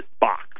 box